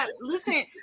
Listen